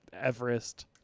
Everest